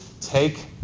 take